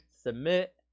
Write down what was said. submit